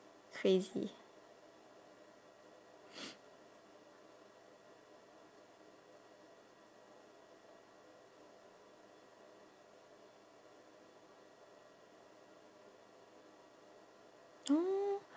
crazy